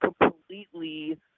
completely